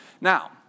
Now